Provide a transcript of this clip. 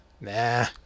nah